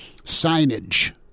signage